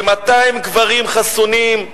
כ-200 גברים חסונים,